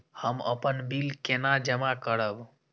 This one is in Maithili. हम अपन बिल केना जमा करब?